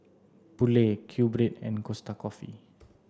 Poulet QBread and Costa Coffee